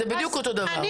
זה בדיוק אותו דבר,